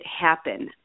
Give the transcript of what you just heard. happen